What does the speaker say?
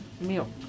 milk